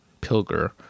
Pilger